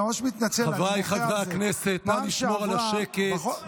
חבריי חברי הכנסת, נא לשמור על השקט.